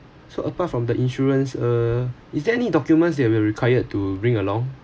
so apart from the insurance uh is there any documents that we are required to bring along